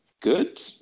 good